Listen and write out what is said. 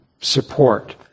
support